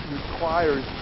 requires